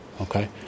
okay